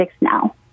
now